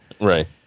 Right